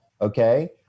Okay